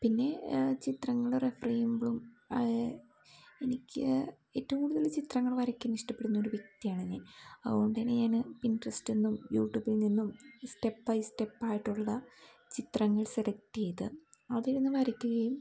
പിന്നെ ചിത്രങ്ങൾ റെഫറ് ചെയ്യുമ്പോളും എനിക്ക് ഏറ്റവും കൂടുതൽ ചിത്രങ്ങൾ വരയ്ക്കാൻ ഇഷ്ടപ്പെടുന്ന ഒരു വ്യക്തിയാണ് ഞാൻ അതുകൊണ്ടുതന്നെ ഞാൻ പിൻട്രസ്റ്റീന്നും യൂട്യൂബിൽനിന്നും സ്റ്റെപ്പ് ബൈ സ്റ്റെപ്പ് ആയിയിട്ടുള്ള ചിത്രങ്ങൾ സെലക്റ്റ് ചെയ്ത് അതിരുന്ന് വരയ്ക്കുകയും